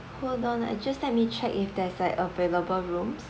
hold on uh just let me check if there's like available rooms